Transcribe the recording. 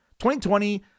2020